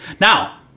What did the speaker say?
Now